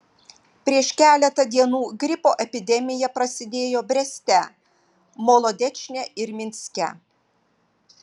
prieš keletą dienų gripo epidemija prasidėjo breste molodečne ir minske